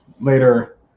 later